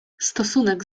stosunek